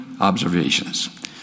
observations